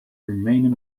remained